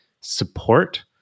support